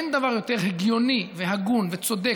אין דבר יותר הגיוני והגון וצודק